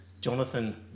Jonathan